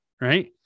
right